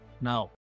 now